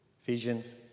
ephesians